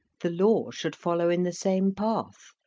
the law should follow in the same path,